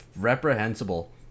reprehensible